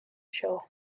show